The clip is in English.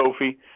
Kofi